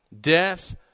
death